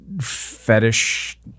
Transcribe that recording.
fetish